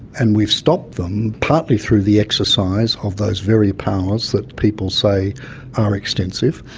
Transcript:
and we've stopped them partly through the exercise of those very powers that people say are extensive.